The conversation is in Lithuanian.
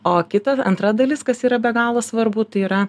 o kita antra dalis kas yra be galo svarbu tai yra